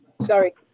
Sorry